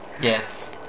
Yes